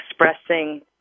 expressing